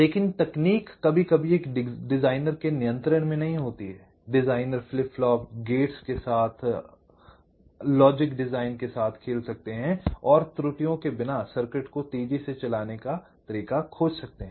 लेकिन तकनीक कभी कभी एक डिजाइनर के नियंत्रण में नहीं होती है डिजाइनर फ्लिप फ्लॉप गेट्स के साथ के साथ लॉजिक डिजाइन के साथ खेल सकते हैं और त्रुटियों के बिना सर्किट को तेजी से चलाने के तरीके खोज सकते हैं